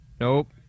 nope